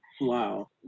Wow